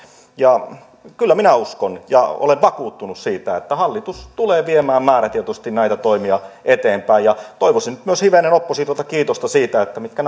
kyllä minä uskon ja olen vakuuttunut siitä että hallitus tulee viemään määrätietoisesti näitä toimia eteenpäin toivoisin myös oppositiolta hivenen kiitosta näistä kahdesta asiasta mitkä